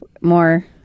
more